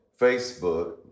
Facebook